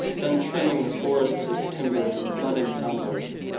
done trimming the forest of its timber, flooded sunburst.